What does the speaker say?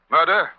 Murder